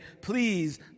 please